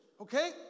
Okay